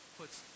puts